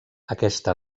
aquesta